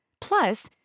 Plus